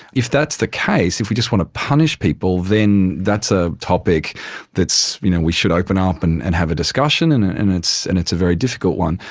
if that's the case, if we just want to punish people, then that's a topic that you know we should open up and and have a discussion and and it's and it's a very difficult one.